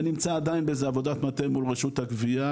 זה נמצא עדיין באיזה עבודת מטה מול רשות הגבייה,